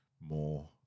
more